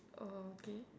oh okay